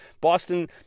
Boston